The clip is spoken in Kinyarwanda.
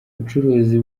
ubucuruzi